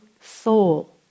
soul